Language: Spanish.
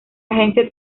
agencia